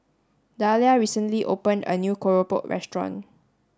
Dalia recently opened a new Keropok restaurant